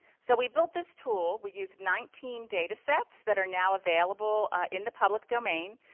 so we built this tool. we used nineteen data sets that are now available in the public domain.